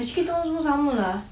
actually kita orang semua sama lah